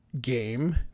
game